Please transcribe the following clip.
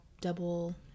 double